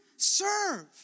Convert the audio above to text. serve